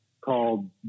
called